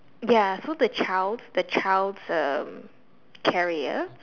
ya so the child's the child's um carrier